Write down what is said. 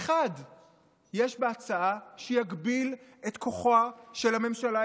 אחד יש בהצעה שיגביל את כוחה של הממשלה,